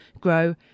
grow